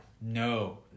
no